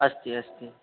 अस्ति अस्ति